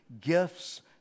gifts